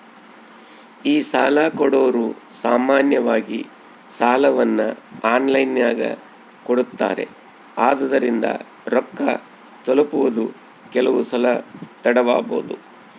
ಈ ಸಾಲಕೊಡೊರು ಸಾಮಾನ್ಯವಾಗಿ ಸಾಲವನ್ನ ಆನ್ಲೈನಿನಗೆ ಕೊಡುತ್ತಾರೆ, ಆದುದರಿಂದ ರೊಕ್ಕ ತಲುಪುವುದು ಕೆಲವುಸಲ ತಡವಾಬೊದು